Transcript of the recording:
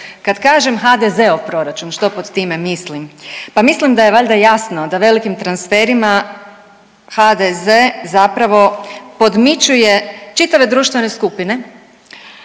Kad kažem HDZ-ov proračun što pod time mislim? Pa mislim da je valjda jasno da velikim transferima HDZ zapravo podmićuje čitave društvene skupine,